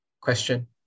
question